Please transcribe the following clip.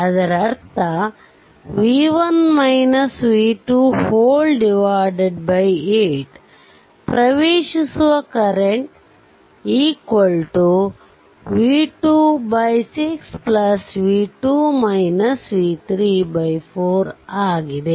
ಅದರರ್ಥ 8 ಪ್ರವೇಶಿಸುವ current v2 6 4 ಆಗಿದೆ